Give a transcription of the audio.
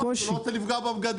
שניה תן לי לסיים משפט.